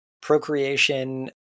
procreation